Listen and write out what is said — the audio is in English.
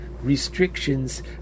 restrictions